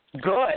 good